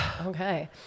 okay